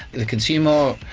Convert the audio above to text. the consumer,